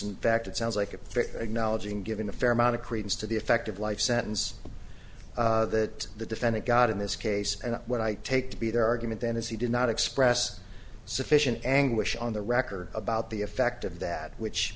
in fact it sounds like a acknowledging given a fair amount of credence to the effect of life sentence that the defendant got in this case and when i take to be their argument then is he did not express sufficient anguish on the record about the effect of that which